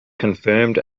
confirmed